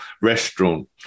restaurant